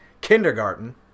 kindergarten